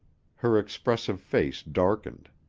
her expressive face darkened.